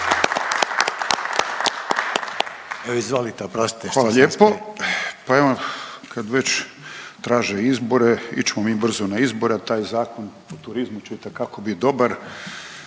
Hvala lijepo. Pa evo kad već traže izbore, ići ćemo mi brzo na izbore. Taj Zakon o turizmu će itekako bit dobar.